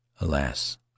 Alas